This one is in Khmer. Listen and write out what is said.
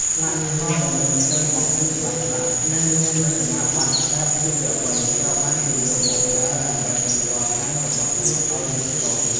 ស្លាកយីហោដែលមានភ្លើងបំភ្លឺច្បាស់ៗ និងមានរចនាប័ទ្មបែបយុវវ័យត្រូវបានគេយកមកប្រើ ដើម្បីសម្គាល់ហាងរបស់ខ្លួនឱ្យលេចធ្លោ។